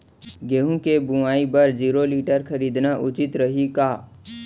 गेहूँ के बुवाई बर जीरो टिलर खरीदना उचित रही का?